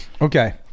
Okay